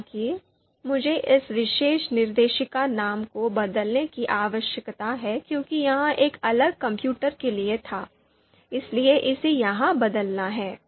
हालाँकि मुझे इस विशेष निर्देशिका नाम को बदलने की आवश्यकता है क्योंकि यह एक अलग कंप्यूटर के लिए था इसलिए इसे यहाँ बदलना है